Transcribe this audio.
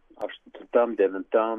aštuntam devintam